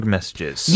Messages